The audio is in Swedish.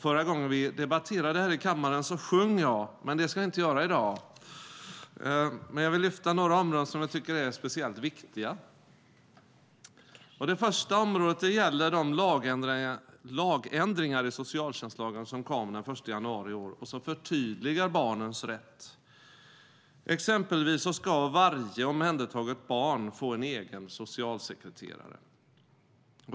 Förra gången vi debatterade detta i kammaren sjöng jag. Det ska jag inte göra i dag, men jag vill lyfta fram några områden som jag tycker är speciellt viktiga. Ett område gäller de lagändringar i socialtjänstlagen som kom den 1 januari i år och som förtydligar barnens rätt. Exempelvis ska varje omhändertaget barn få en egen socialsekreterare.